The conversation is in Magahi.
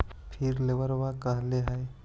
फिर लेवेला कहले हियै?